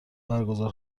برگزار